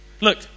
look